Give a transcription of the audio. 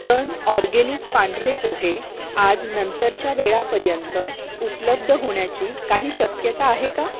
ton organic पांढरे पोहे आज नंतरच्या वेळापर्यंत उपलब्ध होण्याची काही शक्यता आहे का